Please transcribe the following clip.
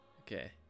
okay